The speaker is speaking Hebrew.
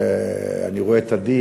אני רואה את עדי,